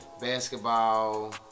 basketball